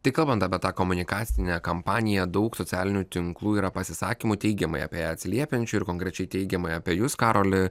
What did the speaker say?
tik kalbant apie tą komunikacinę kampaniją daug socialinių tinklų yra pasisakymų teigiamai apie ją atsiliepiančių ir konkrečiai teigiamai apie jus karoli